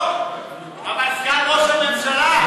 אבל סגן ראש הממשלה.